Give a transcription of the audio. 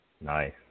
nice